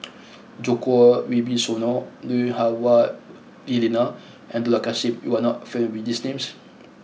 Djoko Wibisono Lui Hah Wah Elena and Dollah Kassim you are not familiar with these names